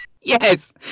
Yes